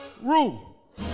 rule